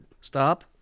Stop